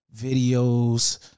videos